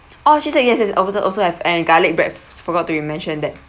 oh she said yes yes also also have and garlic bread forgot to mention that